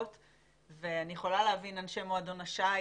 אני יכולה להבין אנשי מועדון השיט,